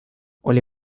oli